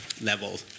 level